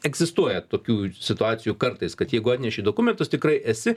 egzistuoja tokių situacijų kartais kad jeigu atneši dokumentus tikrai esi